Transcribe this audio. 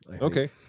Okay